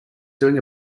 doing